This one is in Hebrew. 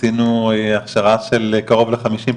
עשינו הכשרה של קרוב ל-50 חוקרים.